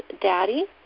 daddy